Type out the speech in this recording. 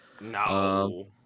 No